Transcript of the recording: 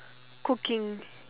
cooking